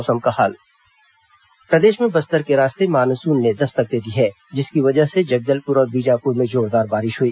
मौसम प्रदेश में बस्तर के रास्ते मानसून ने दस्तक दे दी है जिसकी वजह से जगदलपुर और बीजापुर में जोरदार बारिश हुई